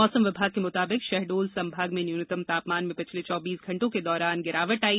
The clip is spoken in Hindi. मौसम विभाग के मुताबिक शहडोल संभाग में न्यूनतम तापमान में पिछले चौबीस घण्टों के दौरान गिरावट आई